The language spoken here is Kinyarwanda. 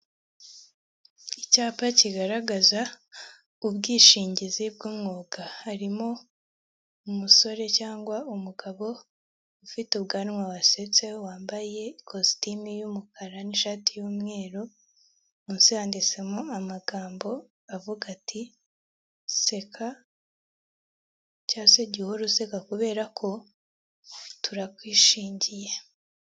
Icyapa kigaragaza ubwishingizi bw'umwuga, harimo umusore cyangwa umugabo ufite ubwanwa wasetse wambaye ikositimu y'umukara n'ishati y'umweru munsi yanditsemo amagambo avuga ati seka cya se jya uhora useka kubera ko turakwishingiye.